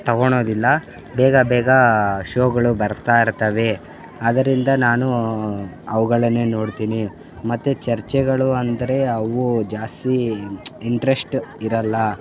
ತೊಗೊಳೋದಿಲ್ಲ ಬೇಗ ಬೇಗ ಶೋಗಳು ಬರ್ತಾಯಿರ್ತವೆ ಆದ್ದರಿಂದ ನಾನು ಅವುಗಳನ್ನೇ ನೋಡ್ತೀನಿ ಮತ್ತು ಚರ್ಚೆಗಳು ಅಂದರೆ ಅವು ಜಾಸ್ತಿ ಇಂಟ್ರಶ್ಟ್ ಇರೋಲ್ಲ